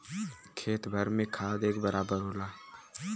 खेत भर में खाद एक बराबर होला